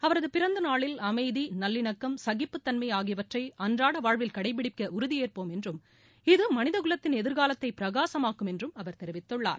அவரது பிறந்தநாளில் அமைதி நல்லிணக்கம் சகிப்புத்தன்மை ஆகியவற்றை அன்றாட வாழ்வில் கடைபிடிக்க உறுதியேற்போம் என்றும் இது மனிதகுலத்தின் எதிர்காலத்தை பிரகாசமாக்கும் என்றும் அவர் தெரிவித்துள்ளார்